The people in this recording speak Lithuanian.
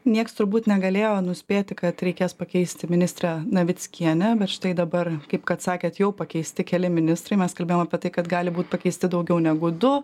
nieks turbūt negalėjo nuspėti kad reikės pakeisti ministrę navickienę štai dabar kaip kad sakėt jau pakeisti keli ministrai mes kalbėjom apie tai kad gali būt pakeisti daugiau negu du